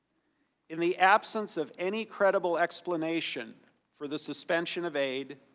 in the absence of any credible explanation for the suspension of aid,